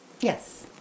yes